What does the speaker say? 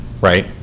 right